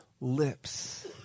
lips